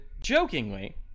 jokingly